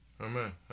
Amen